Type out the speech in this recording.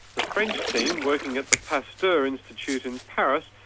the french team, working at the pasteur institute in paris,